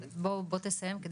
אבל בוא תסיים.